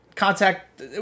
Contact